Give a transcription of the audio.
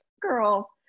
girl